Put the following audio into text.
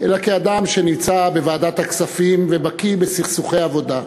אלא כאדם שנמצא בוועדת הכספים ובקי בסכסוכי עבודה.